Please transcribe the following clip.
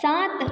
सात